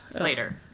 Later